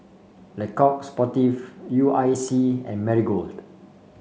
Le Coq Sportif U I C and Marigold